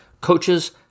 Coaches